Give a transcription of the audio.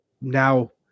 Now